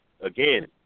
again